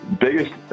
biggest